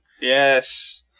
Yes